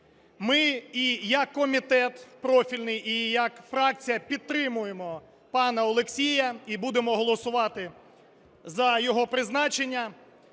Ми і як комітет профільний, і як фракція підтримуємо пана Олексія і будемо голосувати за його призначення.